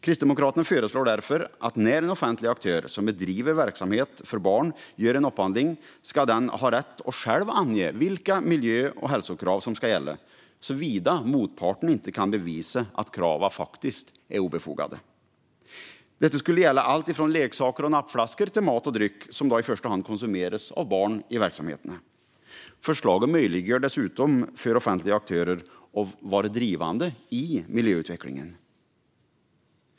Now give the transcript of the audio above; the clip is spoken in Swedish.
Kristdemokraterna föreslår därför att när en offentlig aktör som bedriver verksamhet för barn gör en upphandling ska denna aktör ha rätt att själv ange vilka miljö och hälsokrav som ska gälla, såvida motparten inte kan bevisa att kraven är obefogade. Detta skulle gälla alltifrån leksaker och nappflaskor till mat och dryck som i första hand konsumeras av barn i verksamheterna. Förslaget möjliggör dessutom för offentliga aktörer att vara drivande i miljöutvecklingen.